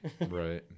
Right